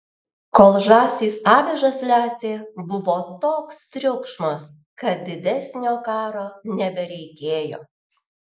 kol žąsys avižas lesė buvo toks triukšmas kad didesnio karo nebereikėjo